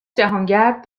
جهانگرد